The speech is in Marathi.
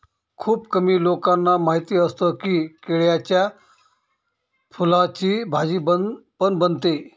खुप कमी लोकांना माहिती असतं की, केळ्याच्या फुलाची भाजी पण बनते